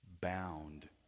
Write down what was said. bound